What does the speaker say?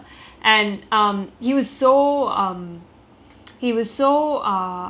he was so uh forthcoming when it came to like suggesting uh things like